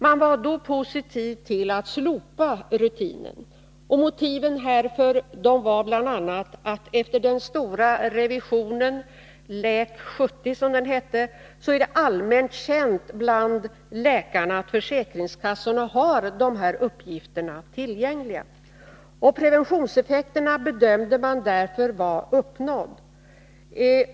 Man var då positiv till att slopa rutinen, och motiven härför var bl.a. att det efter den stora revisionen — Läk 70 — är allmänt känt bland läkarna att försäkringskassorna har de här uppgifterna tillgängliga. Man bedömde därför att preventionseffekten hade uppnåtts.